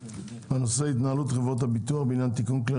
הנושא הוא התנהלות חברות הביטוח בעניין תיקון כלי